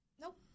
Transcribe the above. Nope